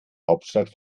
hauptstadt